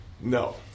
No